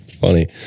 funny